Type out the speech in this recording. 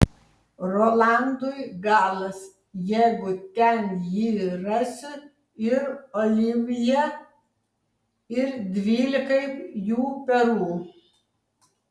rolandui galas jeigu ten jį rasiu ir olivjė ir dvylikai jų perų